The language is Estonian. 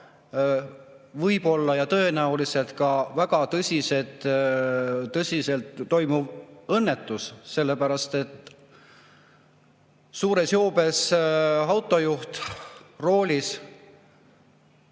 võib-olla ja tõenäoliselt väga tõsine õnnetus, sellepärast et suures joobes autojuht oli